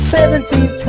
Seventeen